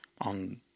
on